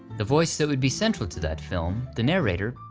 the voice that would be central to that film, the narrator,